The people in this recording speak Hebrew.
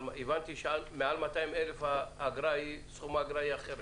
הבנתי שמעל 200,000 האגרה היא אחרת.